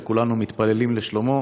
וכולנו מתפללים לשלומו.